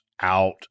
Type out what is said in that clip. out